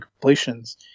completions